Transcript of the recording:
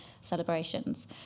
celebrations